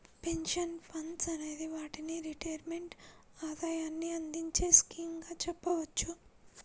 pension funds అనే వాటిని retirement ఆదాయాన్ని అందించే స్కీమ్స్ గా చెప్పవచ్చు